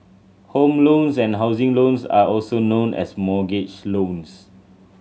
home loans and housing loans are also known as mortgage loans